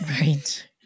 Right